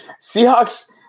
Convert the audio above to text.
Seahawks